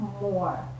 more